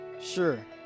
Sure